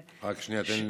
רק שנייה, תן לי לסיים.